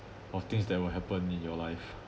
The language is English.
or things that will happen in your life